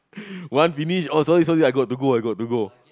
one finish oh sorry sorry I got to go I got to go